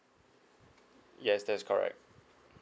yes that is correct